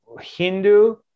hindu